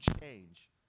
change